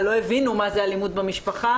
לא הבינו מה זה אלימות בתוך המשפחה,